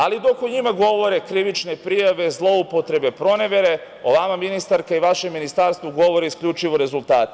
Ali, dok o njima govore krivične prijave, zloupotrebe, pronevere, o vama ministarka i vašem ministarstvu govore isključivo rezultati.